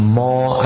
more